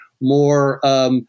more